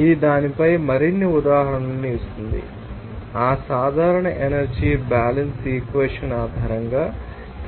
ఇది దానిపై మరిన్ని ఉదాహరణలు ఇస్తుంది ఆ సాధారణ ఎనర్జీ బ్యాలన్స్ ఈక్వెషన్ ఆధారంగా